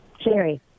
Sherry